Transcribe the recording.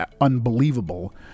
unbelievable